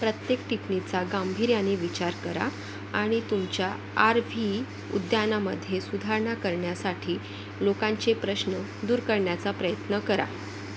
प्रत्येक टिपणीचा गांभीर्याने विचार करा आणि तुमच्या आर व्ही उद्यानामधे सुधारणा करण्यासाठी लोकांचे प्रश्न दूर करण्याचा प्रयत्न करा